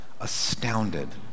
astounded